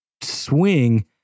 swing